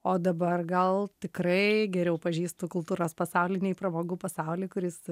o dabar gal tikrai geriau pažįstu kultūros pasaulį nei pramogų pasaulį kuris